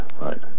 right